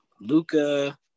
Luca